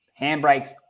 handbrakes